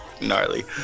gnarly